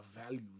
values